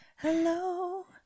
Hello